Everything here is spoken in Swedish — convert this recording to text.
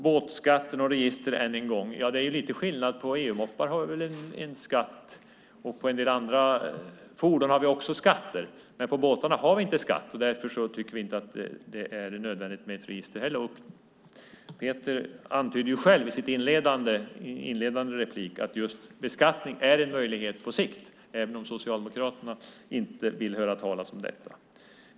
Jag ska än en gång säga något om en båtskatt och ett båtregister. Det är lite skillnader i fråga om detta. Vi har en skatt på EU-moppar. På en del andra fordon har vi också skatter. Men på båtar har vi inte skatt. Därför tycker vi inte att det är nödvändigt med ett register heller. Peter Pedersen antydde själv i sin första replik att just beskattning är en möjlighet på sikt, även om Socialdemokraterna inte vill höra talas om detta.